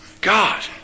God